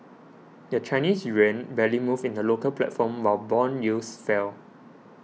the Chinese yuan barely moved in the local platform while bond yields fell